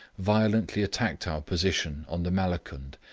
violently attacked our position on the malakund,